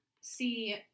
See